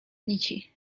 nici